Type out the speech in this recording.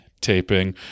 taping